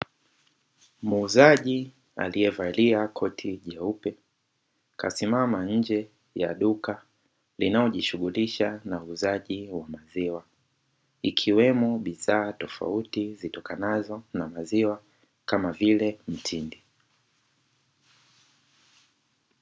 Muuzaji aliyevalia koti nyeupe kasimama nje ya duka linalojishughulisha na uuzaji wa maziwa. Ikiwemo bidhaa tofauti zitokanazo na maziwa kama vile mtindi.